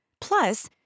Plus